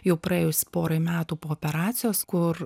jau praėjus porai metų po operacijos kur